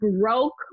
broke